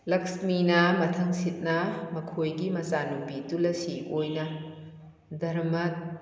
ꯂꯛꯁꯃꯤꯅ ꯃꯊꯪ ꯁꯤꯠꯅ ꯃꯈꯣꯏꯒꯤ ꯃꯆꯥꯅꯨꯄꯤ ꯇꯨꯂꯁꯤ ꯑꯣꯏꯅ ꯙꯔꯃ